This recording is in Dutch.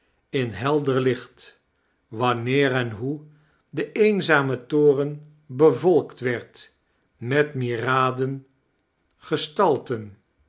in heller licht wanneer en hoe de eemzame toren bevolkt werd met myriaden gestalten